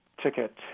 ticket